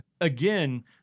again